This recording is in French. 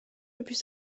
depuis